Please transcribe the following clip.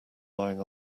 lying